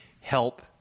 help